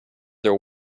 their